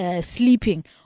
sleeping